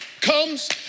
comes